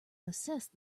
assessed